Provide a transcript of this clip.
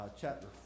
chapter